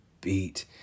beat